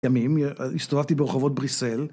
ימים, הסתובבתי ברחובות בריסל